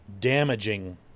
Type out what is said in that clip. damaging